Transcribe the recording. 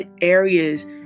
areas